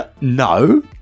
No